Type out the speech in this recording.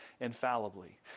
infallibly